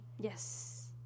yes